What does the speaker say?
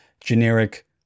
generic